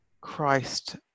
Christ